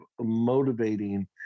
motivating